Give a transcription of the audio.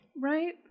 Right